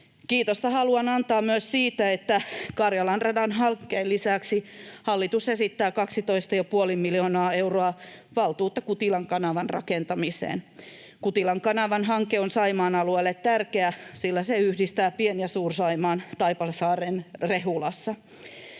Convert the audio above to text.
Kiitosta haluan antaa myös siitä, että Karjalan radan hankkeen lisäksi hallitus esittää 12,5 miljoonaa euroa valtuutta Kutilan kanavan rakentamiseen. Kutilan kanavan hanke on Saimaan alueelle tärkeä, sillä se yhdistää Pien‑ ja Suur-Saimaan Taipalsaaren Rehulassa.